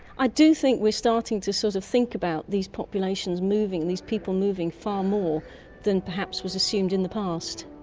i do think we're starting to sort of think about these populations and these people moving far more than perhaps was assumed in the past.